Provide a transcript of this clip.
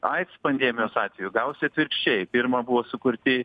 aids pandemijos atveju gavosi atvirkščiai pirma buvo sukurti